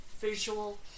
visual